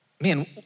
Man